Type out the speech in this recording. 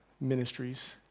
ministries